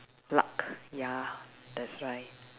luck ya that's right